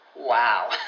Wow